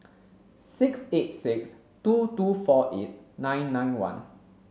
six eight six two two four eight nine nine one